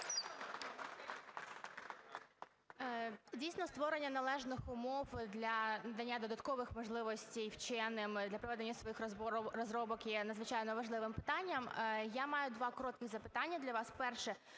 Дійсно, створення належних умов для надання додаткових можливостей вченим для проведення своїх розробок є надзвичайно важливим питанням. Я маю два коротких запитання для вас.